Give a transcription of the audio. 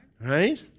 Right